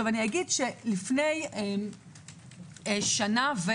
לפני שנה ו